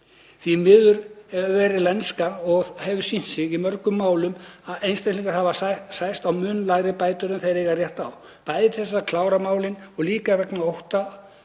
það verið lenska, og hefur sýnt sig í mörgum málum, að einstaklingar hafa sæst á mun lægri bætur en þeir eiga rétt á, bæði til að klára málin og líka vegna ótta